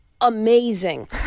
Amazing